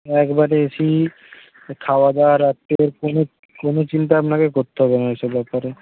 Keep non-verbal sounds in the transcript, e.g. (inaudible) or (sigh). একবারে A C খাওয়া দাওয়া রাত্রের কোনো (unintelligible) কোনো চিন্তা আপনাকে করতে হবে না এসব ব্যাপারে